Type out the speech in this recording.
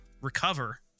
recover